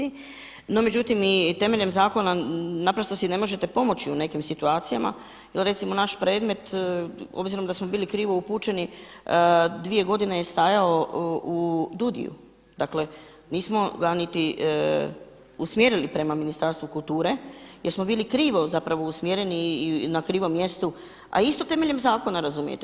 No, međutim i temeljem zakona naprosto si ne možete pomoći u nekim situacijama jer recimo naše predmet obzirom da smo bili krivo upućeni dvije godine je stajao u DUUDI-u, nismo ga niti usmjerili prema Ministarstvu kulture jer smo bili krivo zapravo usmjereni i na krivom mjestu a isto temeljem zakona razumijete.